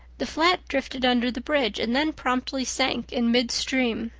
the flat drifted under the bridge and then promptly sank in midstream.